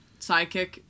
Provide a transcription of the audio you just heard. sidekick